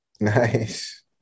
Nice